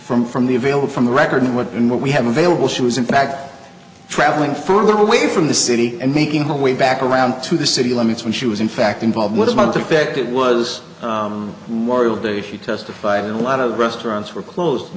from from the available from the record what and what we have available she was in fact traveling further away from the city and making her way back around to the city limits when she was in fact involved with one defect it was morial day she testified in a lot of restaurants were closed in